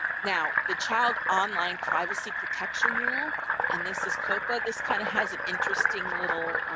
now the child online privacy protection rule and this is copa. this kind of has an interesting little